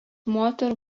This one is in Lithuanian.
moterų